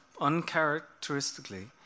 uncharacteristically